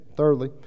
Thirdly